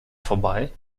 vorbei